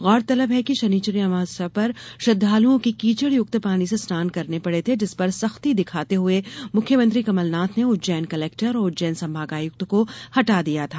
गौरतलब है कि शनिश्चरी अमावस्या पर श्रद्धालुओं को कीचड़युक्त पानी से स्नान करने पड़े थे जिस पर सख्ती दिखाते हुए मुख्यमंत्री कमलनाथ ने उज्जैन कलेक्टर और उज्जैन संभागायुक्त को हटा दिया था